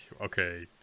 okay